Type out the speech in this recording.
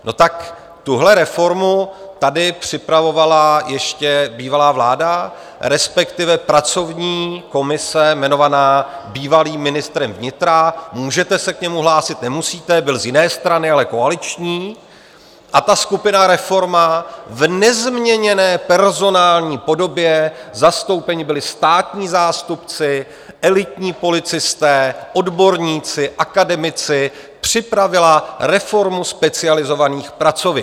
No, tak tuhle reformu tady připravovala ještě bývalá vláda, respektive pracovní komise jmenovaná bývalým ministrem vnitra můžete se k němu hlásit, nemusíte, byl z jiné strany, ale koaliční a ta skupina, reforma, v nezměněné personální podobě zastoupeni byli státní zástupci, elitní policisté, odborníci, akademici připravila reformu specializovaných pracovišť.